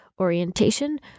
orientation